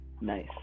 Nice